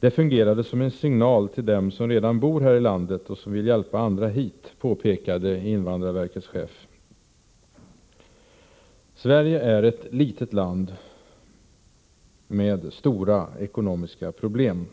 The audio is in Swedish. ”Det fungerade som en signal till dem som redan bor här i landet och som vill hjälpa andra hit”, påpekade invandrarverkets chef. Sverige är ett litet land med stora ekonomiska problem.